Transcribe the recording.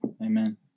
Amen